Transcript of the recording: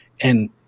and-